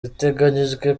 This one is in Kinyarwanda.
biteganyijwe